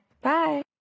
bye